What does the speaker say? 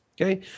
Okay